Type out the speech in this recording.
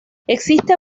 existe